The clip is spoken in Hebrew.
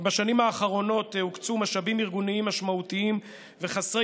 בשנים האחרונות הוקצו משאבים ארגוניים משמעותיים וחסרי